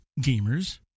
gamers